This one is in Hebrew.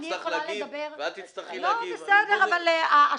כי הוא יצטרך להגיב ואחר כך את וכן הלאה.